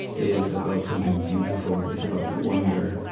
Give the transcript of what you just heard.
is about something beautiful, is about wonder,